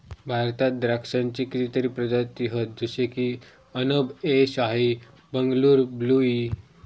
भारतात द्राक्षांची कितीतरी प्रजाती हत जशे की अनब ए शाही, बंगलूर ब्लू ई